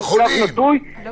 קו נטוי: לחולים.